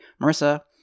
marissa